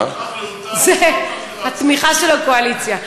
זאת התמיכה של הקואליציה.